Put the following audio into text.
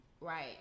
Right